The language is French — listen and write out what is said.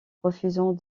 refusant